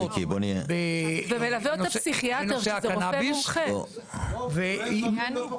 בנושא הקנביס -- ומלווה אותה פסיכיאטר,